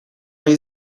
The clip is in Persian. های